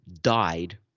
died